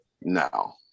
No